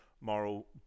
moral